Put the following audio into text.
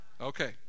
okay